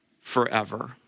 forever